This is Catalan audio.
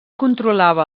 controlava